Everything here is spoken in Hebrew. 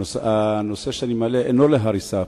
הנושא שאני מעלה אינו הריסה.